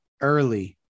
early